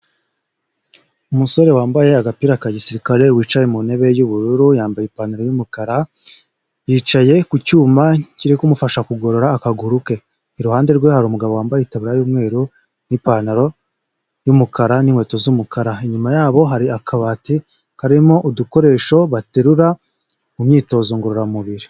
Umusore wambaye agapira ka gisirikare wicaye mu ntebe y'ubururu, yambaye ipantaro y'umukara yicaye ku cyuma kiri kumufasha kugorora akaguru ke. Iruhande rwe hari umugabo wambaye itaburiya y'umweru n'ipantaro y'umukara n'inkweto z'umukara, inyuma yabo hari akabati karimo udukoresho baterura mu myitozo ngororamubiri.